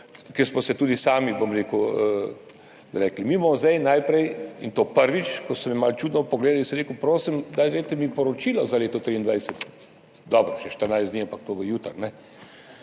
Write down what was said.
kjer smo tudi sami rekli, mi bomo zdaj najprej, in to prvič, kar so me malo čudno pogledali, ko sem jim rekel, prosim, dajte mi poročilo za leto 2023, dobro, še 14 dni, ampak to bo jutri.